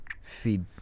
feed